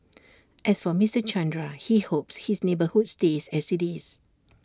as for Mister Chandra he hopes his neighbourhood stays as IT is